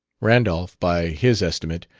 randolph, by his estimate,